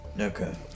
Okay